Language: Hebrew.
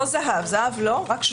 זהב לא נחשב.